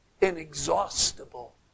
inexhaustible